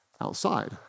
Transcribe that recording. outside